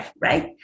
right